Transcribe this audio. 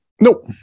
Nope